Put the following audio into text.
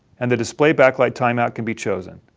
and, the display backlight timeout can be chosen.